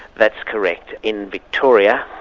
that's correct. in victoria,